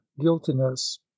guiltiness